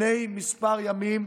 לפני כמה ימים,